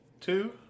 Two